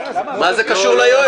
זה קשור ליועץ?